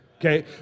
Okay